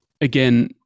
again